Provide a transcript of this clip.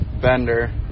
Bender